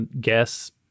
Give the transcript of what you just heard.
guess